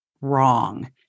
wrong